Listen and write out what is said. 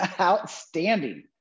outstanding